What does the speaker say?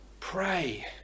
Pray